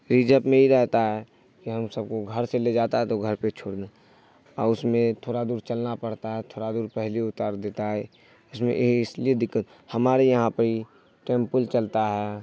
reserve میں ہی رہتا ہے کہ ہم سب کو گھر سے لے جاتا ہے تو گھر پہ چھوڑنے اور اس میں تھوڑا دور چلنا پڑتا ہے تھوڑا دور پہلے اتار دیتا ہے اس میں اس لیے دقت ہمارے یہاں پہ ہی ٹیمپو چلتا ہے